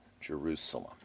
Jerusalem